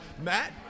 Matt